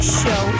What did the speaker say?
show